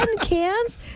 cans